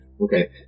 Okay